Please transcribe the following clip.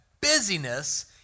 busyness